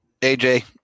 AJ